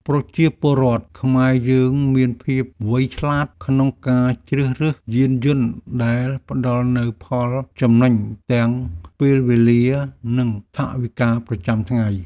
ប្រជាពលរដ្ឋខ្មែរយើងមានភាពវៃឆ្លាតក្នុងការជ្រើសរើសយានយន្តដែលផ្តល់នូវផលចំណេញទាំងពេលវេលានិងថវិកាប្រចាំថ្ងៃ។